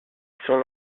sont